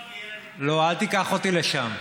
לא, אל תיקח אותי לשם.